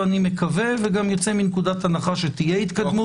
ואני מקווה ויוצא מנקודת הנחה שתהיה התקדמות.